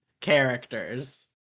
characters